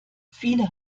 viele